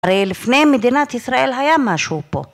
הרי לפני מדינת ישראל היה משהו פה.